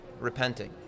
repenting